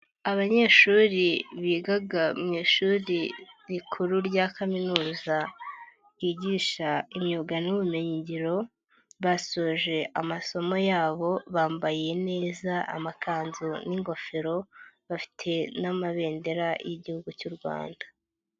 Abanyeshuri bigaga mu ishuri rikuru rya kaminuza ryigisha imyuga n'ubumenyiyingiro basoje amasomo yabo bambaye neza amakanzu n'ingofero bafite n'amabendera y'igihugu cy'u Rwanda.